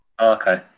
okay